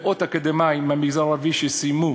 מאות אקדמאים במגזר הערבי שסיימו